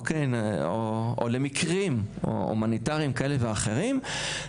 או למקרים הומניטריים כאלה ואחרים,